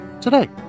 today